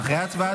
אחרי ההצבעה.